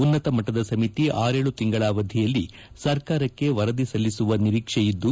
ಉನ್ನತ ಮಟ್ಟದ ಸಮಿತಿ ಆರೇಳು ತಿಂಗಳ ಅವಧಿಯಲ್ಲಿ ಸರ್ಕಾರಕ್ಕೆ ವರದಿ ಸಲ್ಲಿಸುವ ನಿರೀಕ್ಷೆ ಇದ್ದು